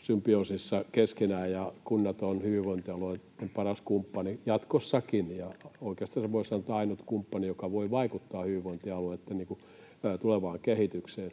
symbioosissa keskenään, ja kunnat ovat hyvinvointialueelle paras kumppani jatkossakin, ja oikeastaan sen voisi sanoa, että ainut kumppani, joka voi vaikuttaa hyvinvointialueitten tulevaan kehitykseen.